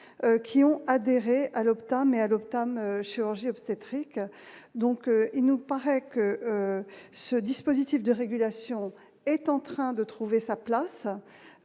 qui ont adhéré à l'aube. Tom et adopta me chirurgie obstétrique, donc il nous paraît que ce dispositif de régulation est en train de trouver sa place,